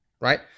right